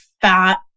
fat